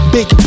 Big